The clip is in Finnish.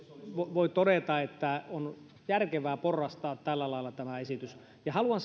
voi todeta että on järkevää porrastaa tällä lailla tämä esitys haluan